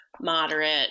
moderate